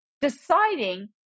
deciding